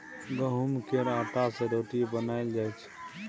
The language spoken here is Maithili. गहुँम केर आँटा सँ रोटी बनाएल जाइ छै